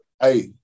hey